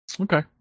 Okay